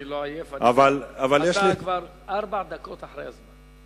אני לא עייף, אתה כבר ארבע דקות אחרי זה.